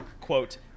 quote